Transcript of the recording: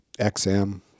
XM